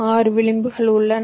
6 விளிம்புகள் உள்ளன